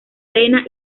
arena